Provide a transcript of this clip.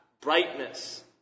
brightness